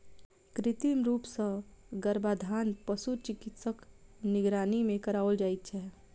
कृत्रिम रूप सॅ गर्भाधान पशु चिकित्सकक निगरानी मे कराओल जाइत छै